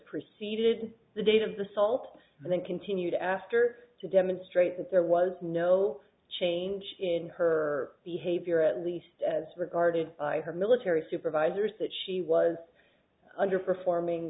preceded the date of the salt and then continued after to demonstrate that there was no change in her behavior at least as regarded her military supervisors that she was under performing